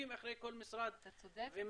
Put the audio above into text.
או ההיבטים שנאמרו על-ידי חלק מהנוכחים